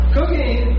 Cooking